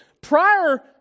prior